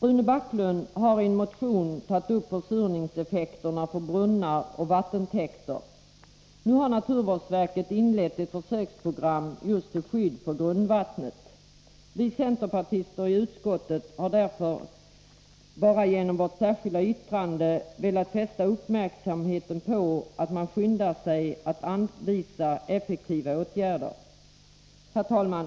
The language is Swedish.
Rune Backlund har i en motion tagit upp försurningseffekterna på brunnar och vattentäkter. Nu har naturvårdsverket inlett ett försöksprogram just till skydd för grundvattnet. Vi centerpartister i utskottet har därför bara genom vårt särskilda yttrande velat fästa uppmärksamheten på att man skyndar sig att anvisa effektiva åtgärder. Herr talman!